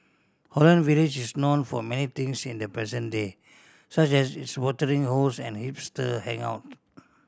Holland Village is known for many things in the present day such as its watering holes and hipster hangout